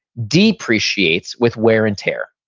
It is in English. depreciates with wear and tear.